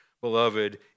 beloved